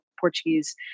Portuguese